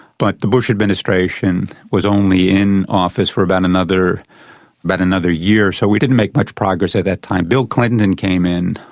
but the bush administration was only in office for about another but another year, so we didn't make much progress at that time. bill clinton then came in,